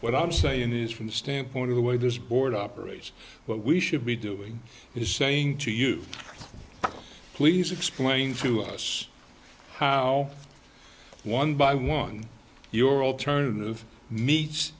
what i'm saying is from the standpoint of the way this board operates what we should be doing is saying to you please explain to us how one by one your alternative me